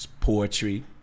poetry